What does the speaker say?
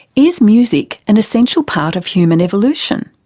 is music an essential part of human evolution?